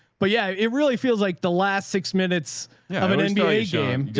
but yeah, it really feels like the last six minutes yeah of an and nba ah yeah game.